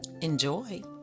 Enjoy